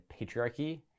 patriarchy